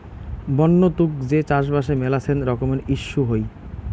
বন্য তুক যে চাষবাসে মেলাছেন রকমের ইস্যু হই